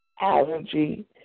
allergy